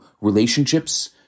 relationships